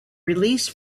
released